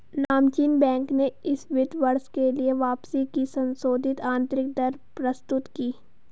नामचीन बैंक ने इस वित्त वर्ष के लिए वापसी की संशोधित आंतरिक दर प्रस्तुत की